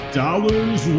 dollars